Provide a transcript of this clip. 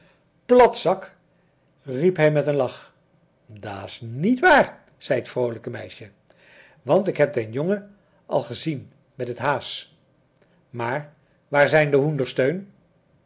platzak riep hij met een lach da's niet waar zei het vroolijke meisje want ik heb den jongen al ezien met et haas maar waar zijn de